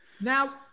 Now